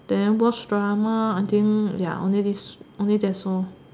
then watch drama I think ya only this only that's all